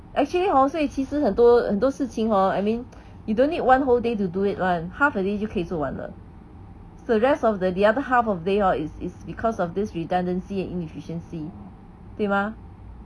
actually hor 所以其实很多很多事情 hor I mean you don't need one whole day to do it [one] half a day 就可以做完了 the rest of the the other half of day hor it's it's because of this redundancy and inefficiency 对吗